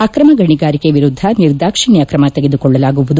ಆಕ್ರಮ ಗಣಿಗಾರಿಕೆ ಎರುದ್ಧ ನಿರ್ದಾಕ್ಷಣ್ಯ ತ್ರಮ ತೆಗೆದುಕೊಳ್ಳಲಾಗುವುದು